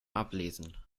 ablesen